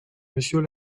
monsieur